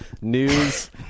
news